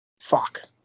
Fuck